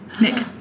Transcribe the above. Nick